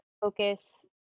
focus